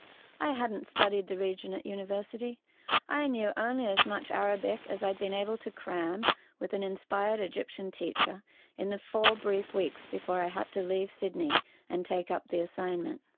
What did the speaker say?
i hadn't studied the region at university i knew only as much arabic as i'd been able to cram with an inspired egyptian teacher in the four brief weeks before i had to leave sydney and take up the assignment.